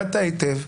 היטב.